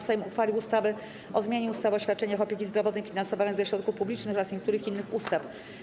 Sejm uchwalił ustawę o zmianie ustawy o świadczeniach opieki zdrowotnej finansowanych ze środków publicznych oraz niektórych innych ustaw.